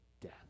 death